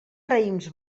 raïms